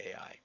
AI